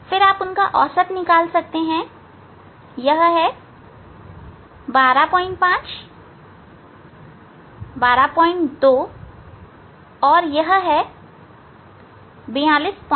फिर आप उनका औसत ले सकते हैं यह है 125 122 और यह है 427